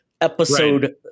episode